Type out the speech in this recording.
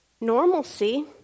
normalcy